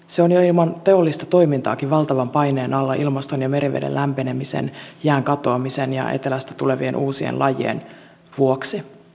se on jo ilman teollista toimintaakin valtavan paineen alla ilmaston ja meriveden lämpenemisen jään katoamisen ja etelästä tulevien uusien lajien vuoksi